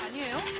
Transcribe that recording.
you